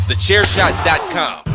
TheChairShot.com